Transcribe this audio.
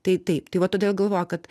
tai taip tai va todėl ir galvoju kad